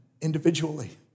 individually